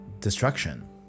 destruction